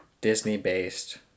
Disney-based